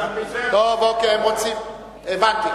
טוב, הבנתי.